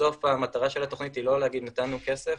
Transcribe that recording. בסוף המטרה של התוכנית היא לא להגיד שנתנו כסף,